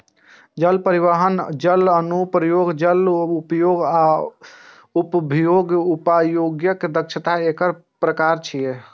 जल परिवहन, जल अनुप्रयोग, जल उपयोग आ उपभोग्य उपयोगक दक्षता एकर प्रकार छियै